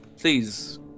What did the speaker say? Please